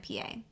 PA